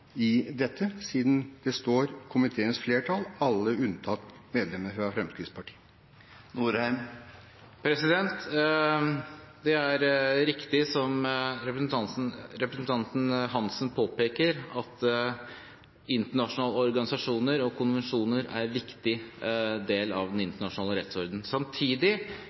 i dette – siden det står «komiteens flertall, alle unntatt medlemmene fra Fremskrittspartiet»? Det er riktig som representanten Hansen påpeker, at internasjonale organisasjoner og konvensjoner er en viktig del av den internasjonale rettsorden. Samtidig